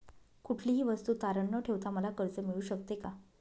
कुठलीही वस्तू तारण न ठेवता मला कर्ज मिळू शकते का?